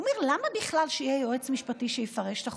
הוא אומר: למה בכלל שיהיה יועץ משפטי שיפרש את החוק?